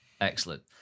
Excellent